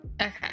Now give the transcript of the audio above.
Okay